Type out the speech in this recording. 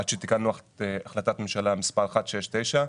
עד שתיקנו את החלטת ממשלה מס' 169,